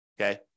Okay